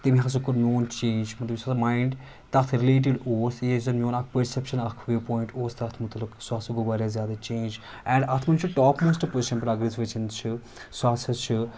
تٔمۍ ہَسا کوٚر میون چینٛج مطلب یُس ہَسا مایِنٛڈ تَتھ رِلیٹڑ اوس یُس زَن میون اَکھ پٔرسٮ۪پشَن اَکھ وِوپوٚیِنٛٹ اوس تَتھ متعلق سُہ ہَسا گوٚو واریاہ زیادٕ چینٛج اینڈ اَتھ منٛز چھُ ٹاپ موسٹ پُزِشَن پٮ۪ٹھ اگر أسۍ وٕچھَن چھِ سُہ ہَسا چھِ